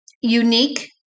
unique